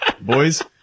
Boys